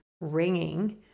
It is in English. ringing